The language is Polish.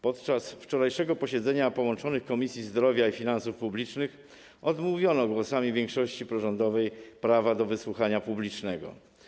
Podczas wczorajszego posiedzenia połączonych Komisji: Zdrowia oraz Finansów Publicznych odmówiono głosami większości prorządowej prawa do wysłuchania publicznego.